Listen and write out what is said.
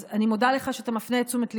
אז אני מודה לך שאתה מפנה את תשומת ליבי.